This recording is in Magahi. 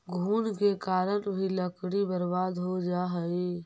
घुन के कारण भी लकड़ी बर्बाद हो जा हइ